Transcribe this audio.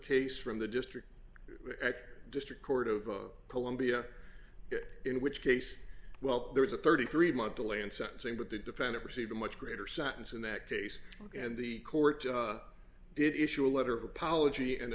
case from the district district court of columbia in which case well there was a thirty three month delay in sentencing but the defendant received a much greater sentence in that case and the court did issue a letter of apology and a